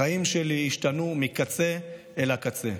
החיים שלי השתנו מהקצה אל הקצה.